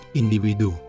individu